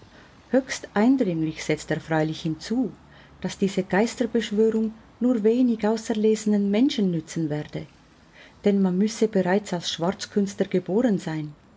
höchst eindringlich setzt er freilich hinzu daß diese geisterbeschwörung nur wenig auserlesenen menschen nützen werde denn man müsse bereits als schwarzkünstler geboren sein